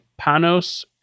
Panos